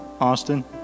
Austin